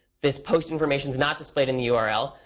this post information is not displayed in the yeah url.